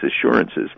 assurances